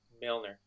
Milner